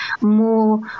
more